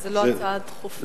זו לא הצעה דחופה?